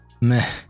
meh